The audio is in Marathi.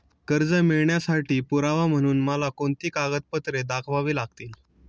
कर्ज मिळवण्यासाठी पुरावा म्हणून मला कोणती कागदपत्रे दाखवावी लागतील?